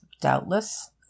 doubtless